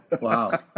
wow